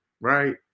Right